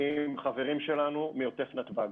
עם חברים שלנו מעוטף נתב"ג,